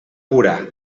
pura